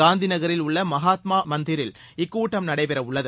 காந்தி நகரில் உள்ள மகாத்மா மந்திரில் இக்கூட்டம் நடைபெறவுள்ளது